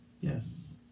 Yes